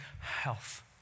health